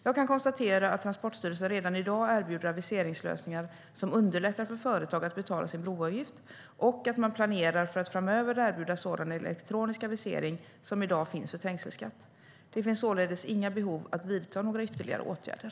Jag kan konstatera att Transportstyrelsen redan i dag erbjuder aviseringslösningar som underlättar för företag att betala sin broavgift och att man planerar för att framöver erbjuda sådan elektronisk avisering som i dag finns för trängselskatt. Det finns således inga behov av att vidta några ytterligare åtgärder.